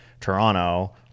Toronto